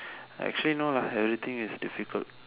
actually no lah everything is difficult